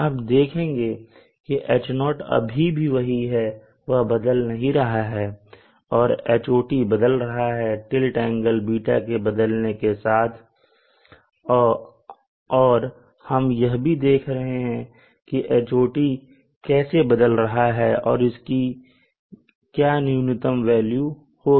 आप देखेंगे कि H0 अभी भी वही है वह बदल नहीं रहा है और Hot बदल रहा है टिल्ट एंगल ß बदलने के साथ और हम यह भी देख रहे हैं की Hot कैसे बदल रहा है और इसकी क्या न्यूनतम वेल्यू होगी